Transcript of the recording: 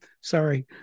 Sorry